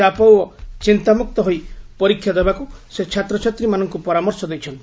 ଚାପ ଓ ଚିନ୍ତାମୁକ୍ତ ହୋଇ ପରୀକ୍ଷା ଦେବାକୁ ସେ ଛାତ୍ରଛାତ୍ରୀମାନଙ୍କୁ ପରାମର୍ଶ ଦେଇଛନ୍ତି